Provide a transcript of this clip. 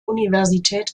universität